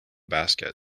basket